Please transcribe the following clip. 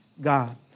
God